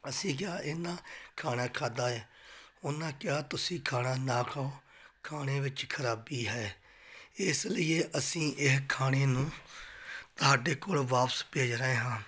ਅਸੀਂ ਕਿਹਾ ਇਹਨਾਂ ਖਾਣਾ ਖਾਂਦਾ ਹੈ ਉਹਨਾਂ ਕਿਹਾ ਤੁਸੀਂ ਖਾਣਾ ਨਾ ਖਾਓ ਖਾਣੇ ਵਿੱਚ ਖਰਾਬੀ ਹੈ ਇਸ ਲੀਏ ਅਸੀਂ ਇਹ ਖਾਣੇ ਨੂੰ ਤੁਹਾਡੇ ਕੋਲ ਵਾਪਸ ਭੇਜ ਰਹੇ ਹਾਂ